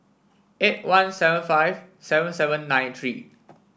eight one seven five seven seven nine three